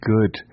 good